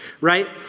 right